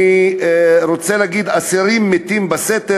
אני רוצה להגיד: אסירים מתים בסתר.